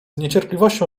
niecierpliwością